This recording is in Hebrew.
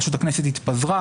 פשוט הכנסת התפזרה,